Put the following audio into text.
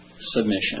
submission